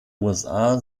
usa